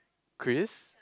Chris